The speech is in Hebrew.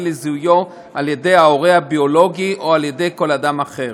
לזיהויו על-ידי ההורה הביולוגי או על-ידי כל אדם אחר.